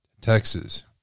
Texas